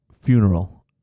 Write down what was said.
funeral